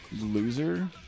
Loser